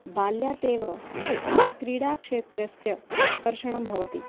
बाल्यात् एव क्रीडाक्षेत्रस्य आकर्षणं भवति